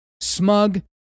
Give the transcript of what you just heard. smug